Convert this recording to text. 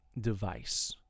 device